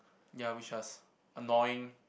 ya which was annoying